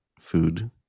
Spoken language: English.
food